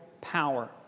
power